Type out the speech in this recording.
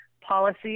policy